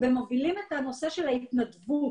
ומובילים את הנושא של ההתנדבות